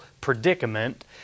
predicament